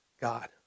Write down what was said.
God